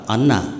Anna